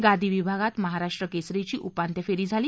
गादी विभागात महाराष्ट्र केसरीची उपांत्य फेरी झाली